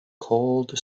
cold